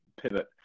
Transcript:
pivot